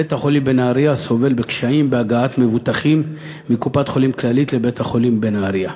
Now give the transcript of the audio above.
בית-החולים סובל מקשיים בהגעת מבוטחים מקופות-חולים כללית לנהרייה.